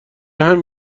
همین